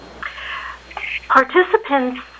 Participants